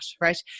right